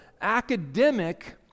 academic